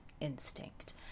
Instinct